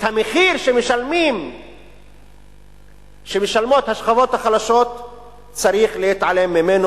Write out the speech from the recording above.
המחיר שמשלמות השכבות החלשות צריך להתעלם ממנו,